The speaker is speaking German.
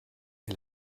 wir